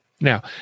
Now